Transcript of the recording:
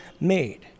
made